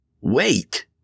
Wait